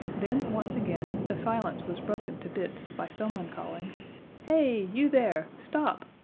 then once again the silence was broken to bits by someone calling hey! you there! stop!